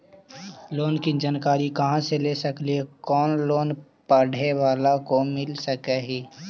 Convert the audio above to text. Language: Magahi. लोन की जानकारी कहा से ले सकली ही, कोन लोन पढ़े बाला को मिल सके ही?